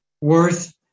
worth